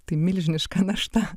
tai milžiniška našta